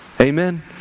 Amen